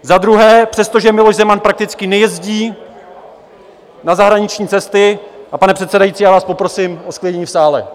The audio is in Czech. Za druhé, přestože Miloš Zeman prakticky nejezdí na zahraniční cesty... a pane předsedající, já vás poprosím o zklidnění v sále.